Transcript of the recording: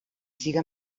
siga